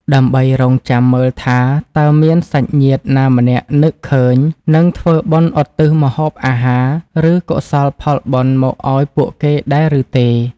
ដើម្បីរង់ចាំមើលថា តើមានសាច់ញាតិណាម្នាក់នឹកឃើញ និងធ្វើបុណ្យឧទ្ទិសម្ហូបអាហារ ឬកុសលផលបុណ្យមកឱ្យពួកគេដែរឬទេ។